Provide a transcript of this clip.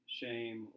shame